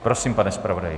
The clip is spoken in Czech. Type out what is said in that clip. Prosím, pane zpravodaji.